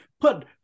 put